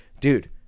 dude